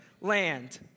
land